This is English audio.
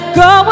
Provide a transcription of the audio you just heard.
go